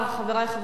חברי חברי הכנסת,